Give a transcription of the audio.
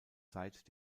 seit